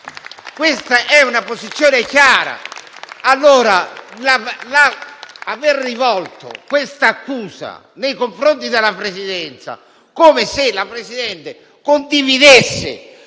Questa è una posizione chiara. È stata però rivolta quest'accusa nei confronti della Presidenza, come se la Presidente condividesse